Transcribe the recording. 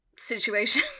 situation